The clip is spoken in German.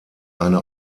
eine